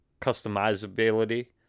customizability